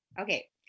Okay